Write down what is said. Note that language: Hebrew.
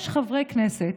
יש חברי כנסת,